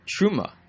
Truma